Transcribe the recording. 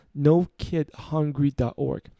NoKidHungry.org